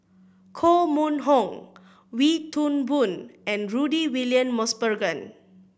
Koh Mun Hong Wee Toon Boon and Rudy William Mosbergen